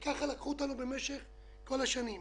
וכך התייחסו אלינו במשך כל השנים.